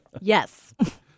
Yes